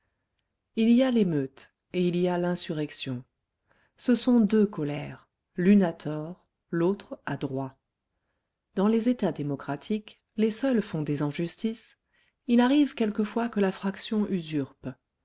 il y a l'émeute et il y a l'insurrection ce sont deux colères l'une a tort l'autre a droit dans les états démocratiques les seuls fondés en justice il arrive quelquefois que la fraction usurpe